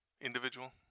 individual